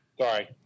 Sorry